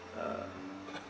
um